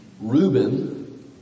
Reuben